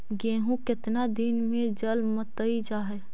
गेहूं केतना दिन में जलमतइ जा है?